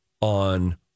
on